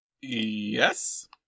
Yes